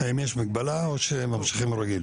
האם יש מגבלה או שממשיכים רגיל?